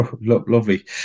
Lovely